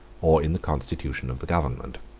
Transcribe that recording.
or in the constitution of the government.